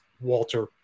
Walter